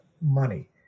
money